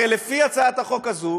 הרי לפי הצעת החוק הזאת,